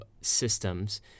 systems